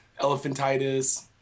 elephantitis